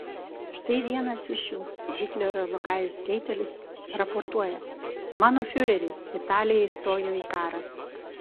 štai vienas iš jų hitlerio liokajus keitelis raportuoja mano fiureri italija įstojo į karą